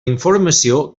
informació